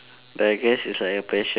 but I guess it's like a passion